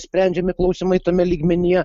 sprendžiami klausimai tame lygmenyje